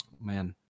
man